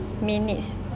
minutes